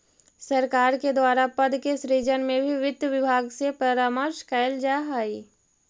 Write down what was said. सरकार के द्वारा पद के सृजन में भी वित्त विभाग से परामर्श कैल जा हइ